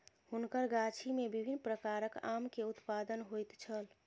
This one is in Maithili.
हुनकर गाछी में विभिन्न प्रकारक आम के उत्पादन होइत छल